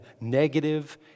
negative